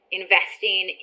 investing